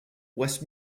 west